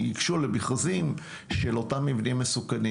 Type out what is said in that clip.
ייגשו למכרזים של אותם מבנים מסוכנים.